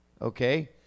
Okay